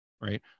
right